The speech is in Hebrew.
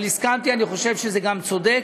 אבל הסכמתי, אני חושב שזה גם צודק,